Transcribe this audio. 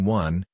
one